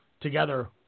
together